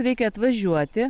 reikia atvažiuoti